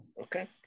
Okay